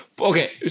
Okay